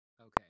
Okay